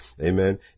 Amen